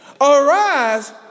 Arise